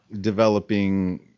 developing